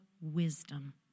wisdom